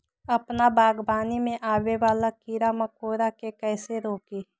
अपना बागवानी में आबे वाला किरा मकोरा के कईसे रोकी?